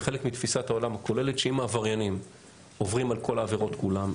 זה חלק מתפיסת העולם הכוללת שאם העבריינים עוברים על כל העבירות כולן,